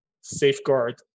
safeguard